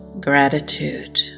gratitude